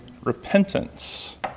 repentance